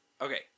Okay